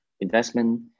investment